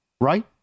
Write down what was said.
right